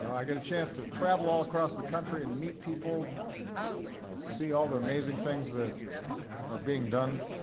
i get a chance to travel all across the country and meet people and see all the amazing things that are being done